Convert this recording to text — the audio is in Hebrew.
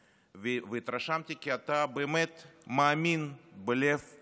והתרשמתי כי אתה באמת מאמין בלב שלם